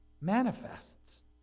manifests